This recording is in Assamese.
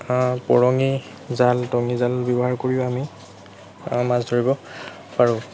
পৰঙি জাল টঙি জাল ব্যৱহাৰ কৰিও আমি মাছ ধৰিব পাৰোঁ